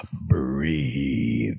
breathe